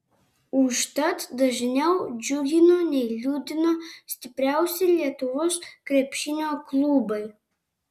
užtat dažniau džiugino nei liūdino stipriausi lietuvos krepšinio klubai